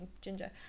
ginger